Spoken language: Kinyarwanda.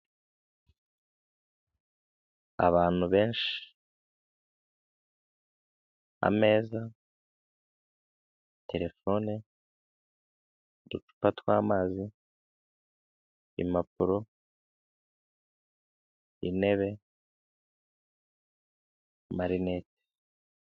Abantu benshi, ameza, telefone, uducupa tw'amazi, impapuro, intebe, amarinete.